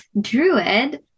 druid